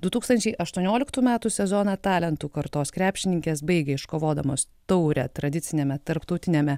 du tūkstančiai aštuonioliktų metų sezoną talentų kartos krepšininkės baigė iškovodamos taurę tradiciniame tarptautiniame